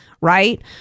right